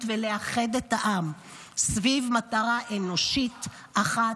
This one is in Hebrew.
ולאחד את פעם סביב מטרה אנושית אחת,